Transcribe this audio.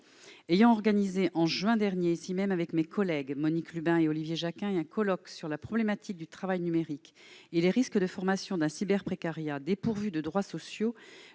Ayant organisé ici même, en juin dernier, avec mes collègues Monique Lubin et Olivier Jacquin, un colloque sur la problématique du travail numérique et les risques de formation d'un « cyberprécariat » dépourvu de droits sociaux,